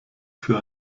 für